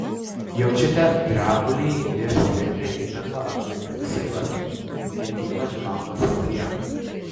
jaučiate drebulį ir stiprią įtampą aplink visą juosmenį ir ypač bambos srityje